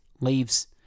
leaves